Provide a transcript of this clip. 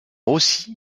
aussi